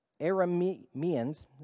Arameans